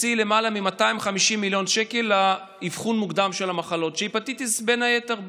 מוציא למעלה מ-250 מיליון שקל לאבחון מוקדם של מחלות והפטיטיס בין היתר,